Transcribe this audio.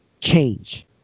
change